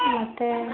ಮತ್ತೆ